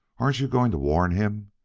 aren't you going to warn him?